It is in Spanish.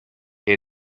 que